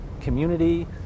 community